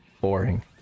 boring